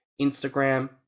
Instagram